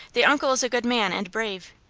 the uncle is a good man, and brave.